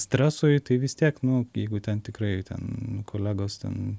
stresui tai vis tiek nu jeigu ten tikrai ten kolegos ten